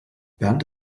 bernd